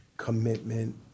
Commitment